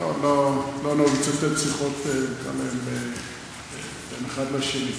לא נהוג לצטט כאן שיחות בין אחד לשני: